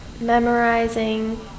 memorizing